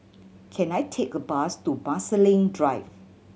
can I take a bus to Marsiling Drive